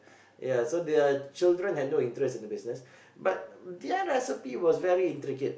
ya so their children had no interest in the business but their recipe was very intricate